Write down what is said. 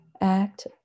act